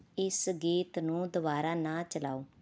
ਇਸ ਗੀਤ ਨੂੰ ਦੁਬਾਰਾ ਨਾ ਚਲਾਓ